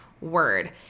word